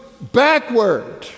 backward